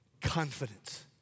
confidence